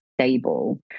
stable